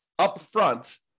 upfront